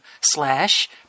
slash